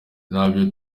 ntabwo